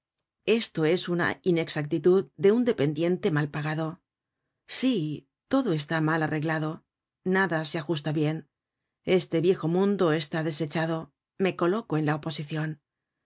esto es una inexactitud de un dependiente mal pagado sí todo está mal arreglado nada se ajusta bien este viejo mundo está desechado me coloco en la oposicion